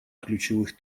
ключевых